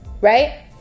right